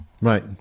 Right